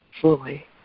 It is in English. fully